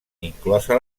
inclosa